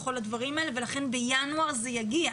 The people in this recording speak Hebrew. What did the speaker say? לכל הדברים האלה לכן בינואר זה יגיע.